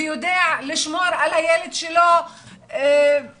ויודע לשמור על הילד שלו במקסימום,